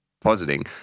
positing